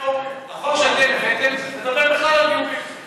שאתם הבאתם מדבר בכלל על גיורים.